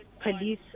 police